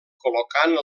col·locant